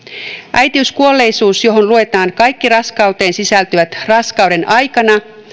äitiyskuolleisuus johon luetaan kaikki raskauteen sisältyvät raskauden aikana